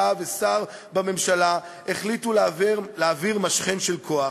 ושר בממשלה החליטו להעביר משחן של כוח,